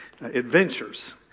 adventures